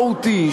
מהותי,